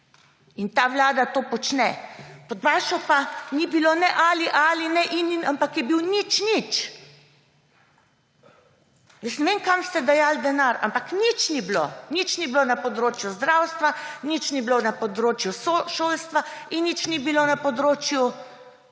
In ta vlada to počne. Pod vašo pa ni bilo ne ali – ali ne in – in, ampak je bilo nič – nič. Jaz ne vem, kam ste dajali denar, ampak nič ni bilo. Nič ni bilo na področju zdravstva, nič ni bilo na področju šolstva in nič ni bilo na področju